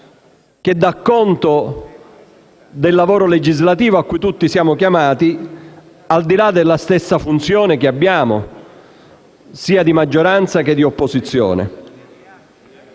che dà conto del lavoro legislativo a cui tutti siamo chiamati al di là della funzione che abbiamo, sia di maggioranza che di opposizione.